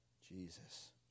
Jesus